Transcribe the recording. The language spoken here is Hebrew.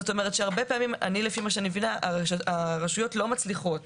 לפי מה שאני מבינה הרשויות לא מצליחות